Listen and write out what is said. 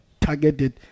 targeted